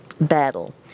Battle